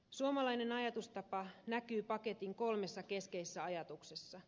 suomalainen ajatustapa näkyy paketin kolmessa keskeisessä ajatuksessa